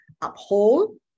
uphold